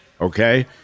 okay